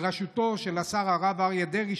בראשותו של השר הרב אריה דרעי,